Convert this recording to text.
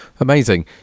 Amazing